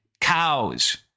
cows